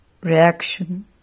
reaction